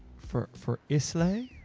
for for islay.